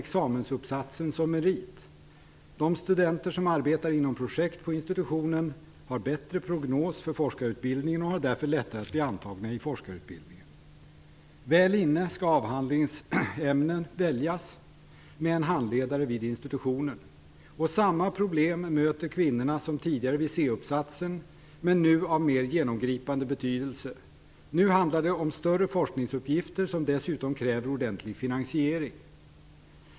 examensuppsatsen som merit. De studenter som arbetar inom projekt på institutionen har bättre prognos för forskarutbildningen och har därför lättare att bli antagna i forskarutbildningen. Väl inne skall avhandlingsämne väljas, med en handledare vid institutionen. Och samma problem möter kvinnorna som tidigare vid C-uppsatsen, men nu av mer genomgripande betydelse. Nu handlar det om större forskningsuppgifter som dessutom kräver ordentlig finansiering.